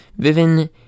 Vivin